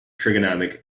trigonometric